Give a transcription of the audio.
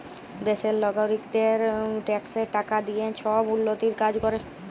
দ্যাশের লগারিকদের ট্যাক্সের টাকা দিঁয়ে ছব উল্ল্যতির কাজ ক্যরে